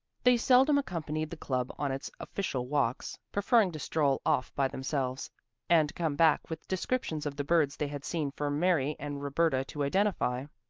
they seldom accompanied the club on its official walks, preferring to stroll off by themselves and come back with descriptions of the birds they had seen for mary and roberta to identify.